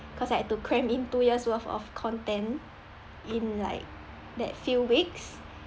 cause I had to cram in two years worth of content in like that few weeks